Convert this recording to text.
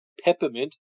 peppermint